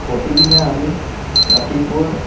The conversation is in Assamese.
প্ৰতিদিনে আমি ৰাতিপুৱা